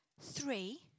three